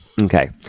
Okay